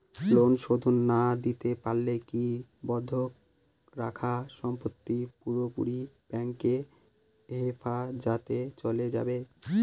Loan শোধ না দিতে পারলে কি বন্ধক রাখা সম্পত্তি পুরোপুরি ব্যাংকের হেফাজতে চলে যাবে?